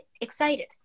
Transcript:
excited